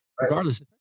regardless